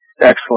excellent